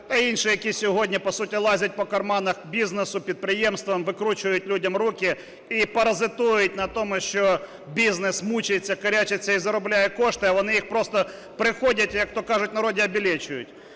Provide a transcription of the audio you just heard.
та інші, які сьогодні по суті лазять по карманах бізнесу, підприємств, викручують людям руки і паразитують на тому, що бізнес мучається, корячиться і заробляє кошти, а вони їх просто приходять і, як то кажуть в народі, обілечують.